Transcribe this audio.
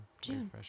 June